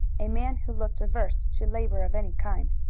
a man who looked averse to labor of any kind,